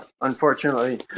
unfortunately